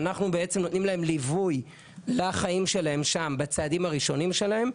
אנחנו בעצם נותנים להם ליווי לחיים שלהם שם בצעדים הראשונים שלהם.